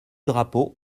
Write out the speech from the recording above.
drapeau